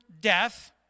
death